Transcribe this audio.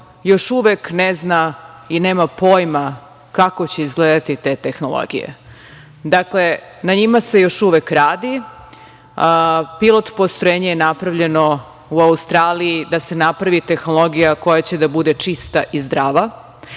još uvek ne zna i nema pojma kako će izgledati te tehnologije. Dakle, na njima se još uvek radi. Pilot postrojenje je napravljeno u Australiji da se napravi tehnologija koja će da bude čista i zdrava.